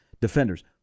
defenders